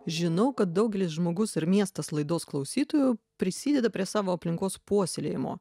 žinau kad daugelis žmogus ir miestas laidos klausytojų prisideda prie savo aplinkos puoselėjimo